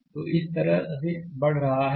slide समय देखें 0926 तो यह इस तरह से बढ़ रहा है